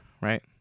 right